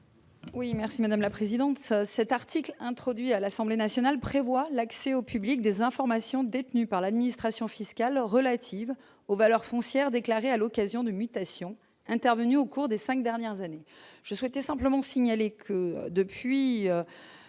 Oui merci madame la présidente, cet article, introduit à l'Assemblée Nationale prévoit l'accès au public des informations détenues par l'administration fiscale relative aux valeurs foncières à l'occasion de mutations intervenues au cours des 5 dernières années, je souhaitais simplement signaler que depuis